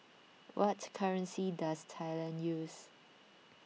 what currency does Thailand use